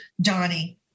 Donnie